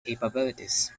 capabilities